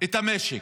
את המשק,